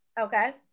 Okay